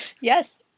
Yes